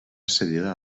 cedida